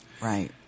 Right